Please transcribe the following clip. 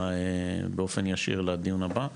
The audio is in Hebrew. באופן ישיר לדיון הבא,